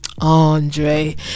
Andre